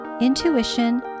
intuition